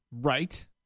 Right